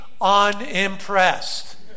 unimpressed